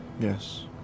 yes